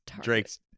Drake's